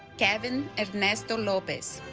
kevin ernesto lopez